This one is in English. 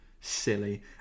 silly